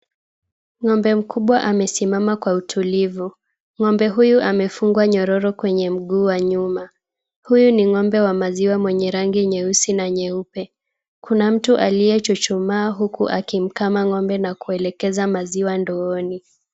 Ngombe mkubwa amesimama kwa utulivu. Ngombe huyu amefungwa nyororo kwenye mguu wa nyuma. Huyu ni ngombe wa maziwa mwenye rangi nyeusi na nyeupe. Kuna mtu aliyechuchumaa huku akimkama ngombe na kuelekeza maziwa ndooni.